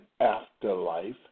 afterlife